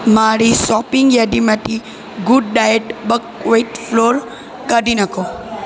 મારી સોપિંગ યાદીમાંથી good diet buckwheat flour કાઢી નાંખો